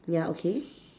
ya okay